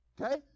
okay